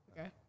Okay